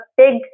big